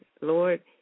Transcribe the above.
Lord